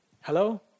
Hello